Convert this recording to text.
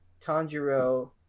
Tanjiro